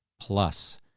plus